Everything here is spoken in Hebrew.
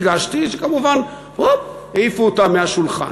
הגשתי וכמובן, הופ, העיפו אותה מהשולחן.